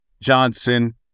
Johnson